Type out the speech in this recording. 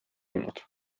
olnud